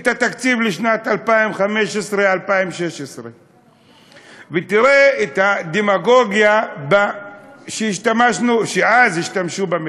את התקציב לשנים 2015 2016. ותראה את הדמגוגיה שאז השתמשו בה,